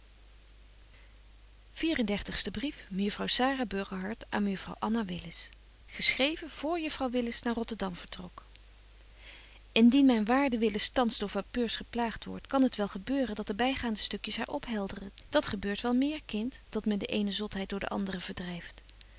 willis geschreven voor juffrouw willis naar rotterdam vertrok indien myn waarde willis thans door vapeurs geplaagt wordt kan het wel gebeuren dat de bygaande stukjes haar ophelderen dat gebeurt wel meer kind dat men de eene zotheid door de andere verdryft